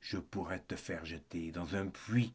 je pourrais te faire jeter dans un puits